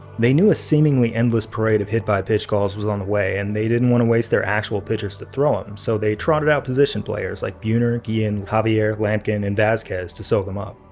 they knew a seemingly endless parade of hit by pitch calls was on the way and they didn't wanna waste their actual pitchers to throw them. so they trotted out position players like buhner, guillen, javier, lamkin and vasquez to soak them up.